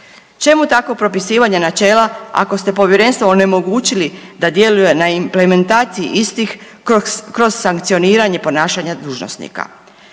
Čemu takvo propisivanje načela ako ste Povjerenstvo onemogućili da djeluje na implementaciji istih kroz sankcioniranje ponašanja dužnosnika?